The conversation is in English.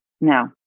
No